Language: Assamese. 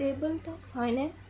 টেবল টকচ হয়নে